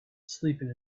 sleeping